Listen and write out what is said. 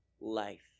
life